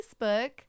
facebook